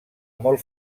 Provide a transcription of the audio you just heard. molt